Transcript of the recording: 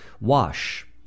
Wash